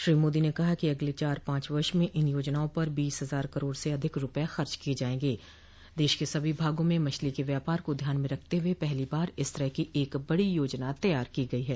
श्री मोदी ने कहा कि अगले चार पांच वर्ष में इन योजनाओं पर देश के सभी भागों में मछली के व्यापार को ध्यान में रखते हुए पहली बार इस तरह की एक बड़ी योजना तैयार की गई है